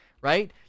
right